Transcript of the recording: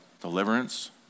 Deliverance